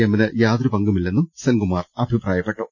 എമ്മിന് യാതൊരു പങ്കുമില്ലെന്നും സെൻകുമാർ അഭിപ്രായപ്പെട്ടു